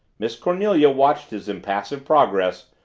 miss cornelia watched his impassive progress,